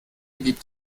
gibt